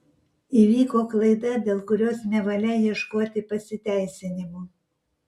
įvyko klaida dėl kurios nevalia ieškoti pasiteisinimų